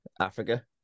Africa